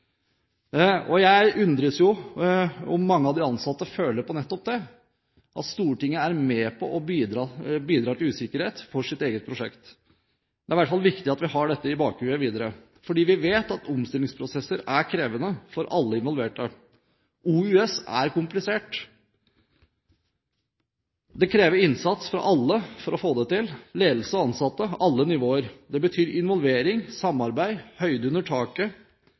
Jeg undres jo om mange av de ansatte føler på nettopp det, at Stortinget er med på å bidra til usikkerhet for sitt eget prosjekt. Det er i hvert fall viktig at vi har dette i bakhodet videre, for vi vet at omstillingsprosesser er krevende for alle involverte. OUS er komplisert. Det krever innsats fra alle for å få det til – fra ledelse og ansatte på alle nivåer. Det betyr involvering, samarbeid,